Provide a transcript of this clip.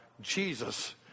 Jesus